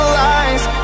lies